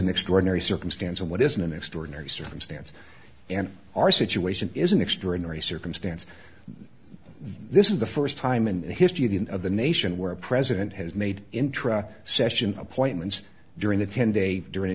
an extraordinary circumstance and what is an extraordinary circumstance and our situation is an extraordinary circumstance this is the first time in history the end of the nation where a president has made intra session appointments during the ten day during